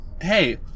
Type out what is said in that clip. hey